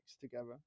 together